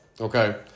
okay